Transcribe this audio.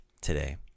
today